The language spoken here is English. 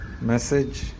message